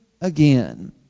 again